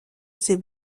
ses